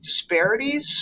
disparities